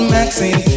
Maxine